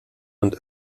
und